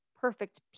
perfect